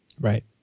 Right